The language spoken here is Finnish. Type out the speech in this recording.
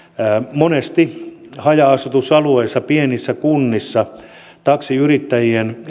monesti haja asutusalueilla pienissä kunnissa taksiyrittäjien